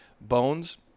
bones